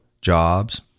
jobs